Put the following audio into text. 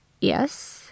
Yes